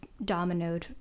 dominoed